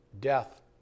death